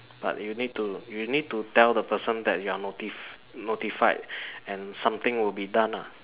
but you need to you need to tell the person that you're noti~ notified and something will be done ah